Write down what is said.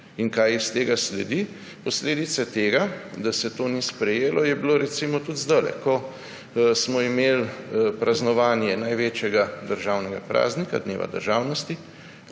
In kaj iz tega sledi? Posledica tega, da se to ni sprejelo, je bila recimo tudi zdajle, ko smo imeli praznovanje največjega državnega praznika, dneva državnosti.